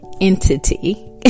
entity